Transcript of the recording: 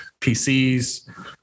PCs